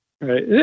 right